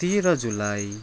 तेह्र जुलाई